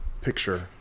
picture